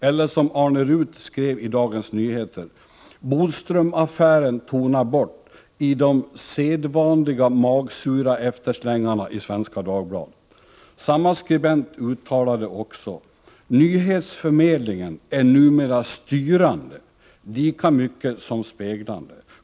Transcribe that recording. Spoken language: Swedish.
Eller som Arne Ruth skrev i Dagens Nyheter: ”Bodströmaffären tonar bort i de sedvanliga magsura efterslängarna i Svenska Dagbladet.” Samma skribent uttalade också: ”Nyhetsförmedlingen är numera styrande lika mycket som speglande.